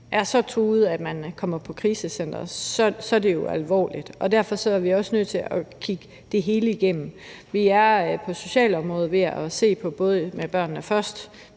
er så truet, at man kommer på krisecenter, så er det jo alvorligt, og derfor er vi også nødt til at kigge det hele igennem. Vi er på socialområdet ved at se på, hvordan det